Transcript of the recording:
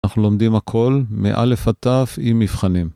‫אנחנו לומדים הכול, מאל"ף עד ת"ו, עם מבחנים.